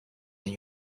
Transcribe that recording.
and